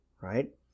right